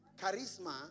Charisma